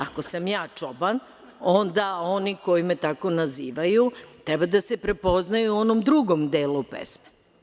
Ako sam ja čoban, onda oni koji me tako nazivaju treba da se prepoznaju u onom drugom delu pesmu.